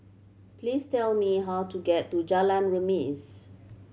please tell me how to get to Jalan Remis